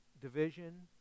division